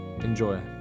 Enjoy